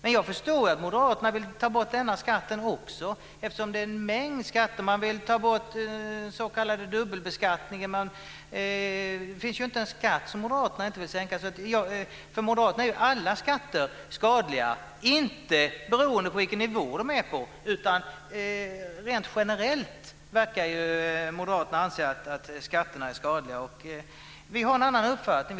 Men jag förstår att Moderaterna vill ta bort också denna skatt, eftersom man vill ta bort en mängd skatter, bl.a. den s.k. dubbelbeskattningen. Det finns ju inte en skatt som inte Moderaterna vill sänka. För Moderaterna är alla skatter skadliga. Det beror inte på vilken nivå de är på, utan rent generellt verkar Moderaterna anse att skatterna är skadliga. Vi har en annan uppfattning.